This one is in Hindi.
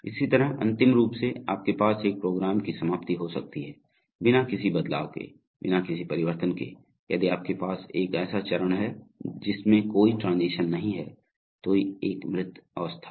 इसी तरह अंतिम रूप में आपके पास एक प्रोग्राम की समाप्ति हो सकती है बिना किसी बदलाव के बिना किसी परिवर्तन के यदि आपके पास एक ऐसा चरण है जिसमें कोई ट्रांजीशन नहीं है जो एक मृत अवस्था है